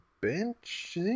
bench